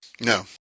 No